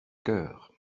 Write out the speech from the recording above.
cœurs